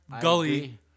Gully